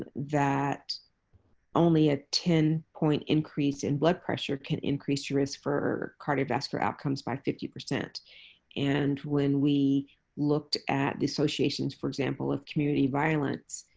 but that only a ten point increase in blood pressure can increase your risk for cardiovascular outcomes by fifty. and when we looked at the associations, for example, of community violence